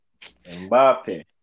Mbappe